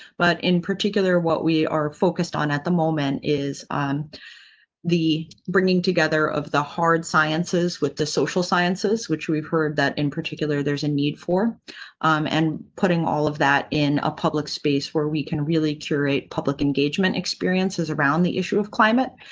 but in particular, what we are focused on at the moment is the bringing together of the hard sciences with the social sciences, which we've heard that in particular there's a need for and putting all of that in a public space where we can really curate public engagement experiences around the issue of climate,